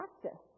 practice